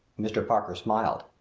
mr. parker smiled.